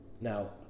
now